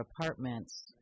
Apartments